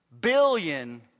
billion